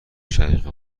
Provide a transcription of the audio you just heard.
شقیقه